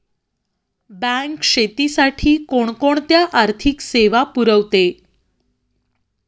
Bank शेतीसाठी कोणकोणत्या आर्थिक सेवा पुरवते?